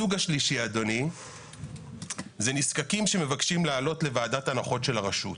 הסוג השלישי זה נזקקים שמבקשים לעלות לוועדת הנחות של הרשות.